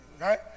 Right